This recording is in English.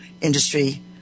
industry